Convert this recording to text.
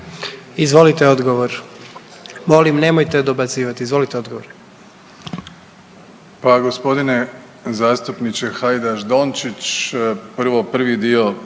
Izvolite odgovor. Molim nemojte dobacivati. Izvolite odgovor. **Plenković, Andrej (HDZ)** Pa gospodine zastupniče Hajdaš Dončić, prvo prvi dio